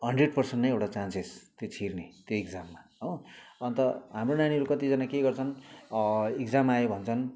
hundred percent नै एउटा chances त्यो छिर्ने त्यो इक्जाममा हो अन्त हाम्रो नानीहरू कतिजना के गर्छन् इक्जाम आयो भन्छन्